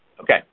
Okay